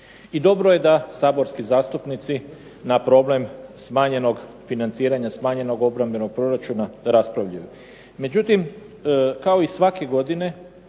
I dobro je da saborski zastupnici na problem smanjenog financiranja, smanjenog obrambenog proračuna raspravljaju. Međutim kao i svake godine,